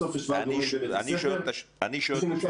בסוף יש ועד הורים של בית הספר --- או אחרת,